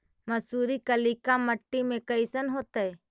मसुरी कलिका मट्टी में कईसन होतै?